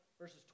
verses